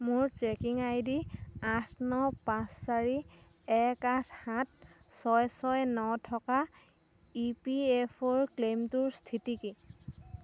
মোৰ tracking ID আঠ ন পাঁচ চাৰি এক আঠ সাত ছয় ছয় ন থকা ই পি এফ অ' ক্লেইমটোৰ স্থিতি কি